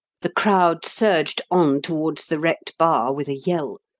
the crowd surged on towards the wrecked bar with a yell,